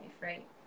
right